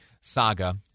saga